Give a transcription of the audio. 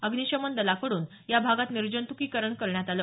अग्निशमन दलाकडून या भागात निर्जंतुकीकरण करण्यात आलं